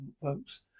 folks